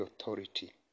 authority